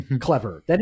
Clever